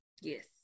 Yes